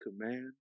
command